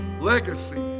Legacy